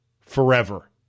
forever